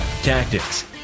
tactics